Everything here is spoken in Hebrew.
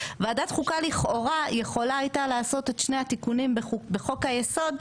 ועדת חוקה לכאורה יכולה הייתה לעשות את שני התיקונים בחוק היסוד,